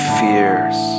fears